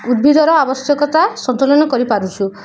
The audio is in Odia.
ଉଦ୍ଭିଦର ଆବଶ୍ୟକତା ସନ୍ତୁଳନ କରିପାରୁଛୁ